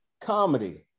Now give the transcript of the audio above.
comedy